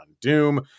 Doom